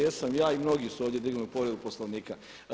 Jesam ja i mnogi su ovdje digli povredu Poslovnika.